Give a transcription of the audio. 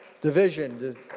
division